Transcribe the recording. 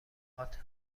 پات